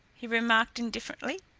he remarked indifferently.